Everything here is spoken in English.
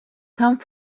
come